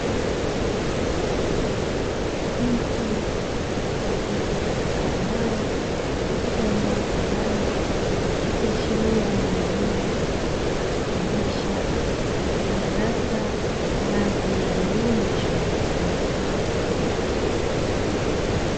Mtu akiandika katika ubao katika eneo la ndani, ikiashiria ni mwalimu akifundisha katika darasa ngazi ya elimu ya shule ya msingi.